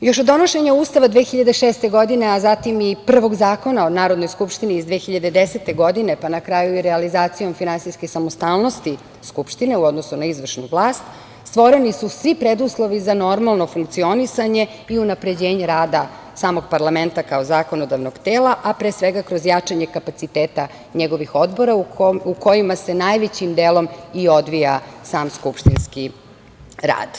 Još od donošenja Ustava 2006. godine, a zatim i prvog Zakona o Narodnoj skupštini iz 2010. godine, pa na kraju i realizacijom finansijske samostalnosti Skupštine u odnosu na izvršnu vlast, stvoreni su svi preduslovi za normalno funkcionisanje i unapređenje rada samog parlamenta kao zakonodavnog tela, a pre svega kroz jačanje kapaciteta njegovih odbora, u kojima se najvećim delom i odvija sam skupštinski rad.